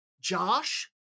Josh